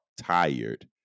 tired